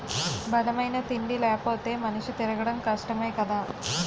బలమైన తిండి లేపోతే మనిషి తిరగడం కష్టమే కదా